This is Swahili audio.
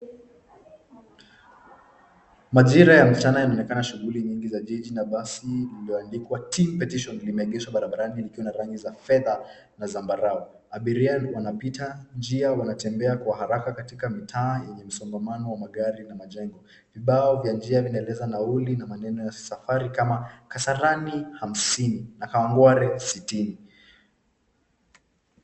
Majira ya mchana yanaonekana shuguli za jiji na basi iliyoandikwa Team Petition limengeshwa barabarani ya rangi za fedha na zambarau. Abiria wanapita njia wanatembea kwa haraka katika mitaa yenye msongamano wa magari na majengo. Vibao vya njia vinaeleza nauli na maneno ya safari kama vile Kasarani 50 na kawangware 60.